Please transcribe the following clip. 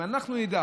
אם אנחנו נדע